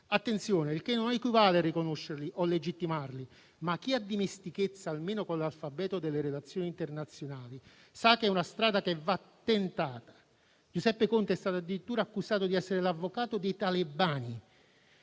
Attenzione, questo non equivale a riconoscerli o legittimarli, ma chi ha dimestichezza almeno con l'alfabeto delle relazioni internazionali sa che è una strada che va tentata. Giuseppe Conte è stato addirittura accusato di essere l'avvocato dei talebani,